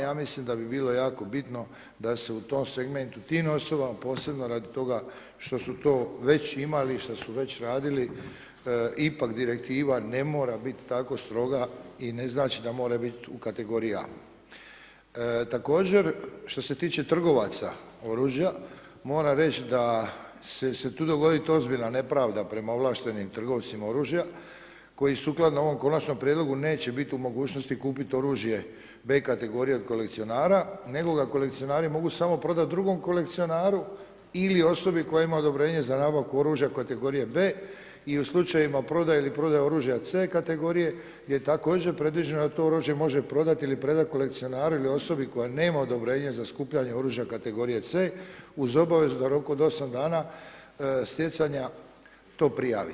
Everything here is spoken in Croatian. Ja mislim da bi bilo jako bitno da se u tom segmentu tih …a posebno radi toga što su to već imali i što su već radili ipak direktiva ne mora biti tako stroga i ne znači da mora biti u kategoriji A. Također što se tiče trgovaca oružja, moram reći da će se tu dogoditi ozbiljna nepravda prema ovlaštenim trgovcima oružja koji sukladno ovom Konačnom prijedlogu neće biti u mogućnosti kupiti oružje B kategorije od kolekcionara, nego ga kolekcionari mogu samo prodati drugom kolekcionaru ili osobi koja ima odobrenje za nabavku oružja kategorije B i u slučajevima prodaje ili prodaje oružja C kategorije je također predviđeno da to oružje može prodati ili predati kolekcionaru ili osobi koja nema odobrenje za skupljanje oružja kategorije C uz obavezu da rok od 8 dana stjecanja to prijavi.